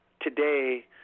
today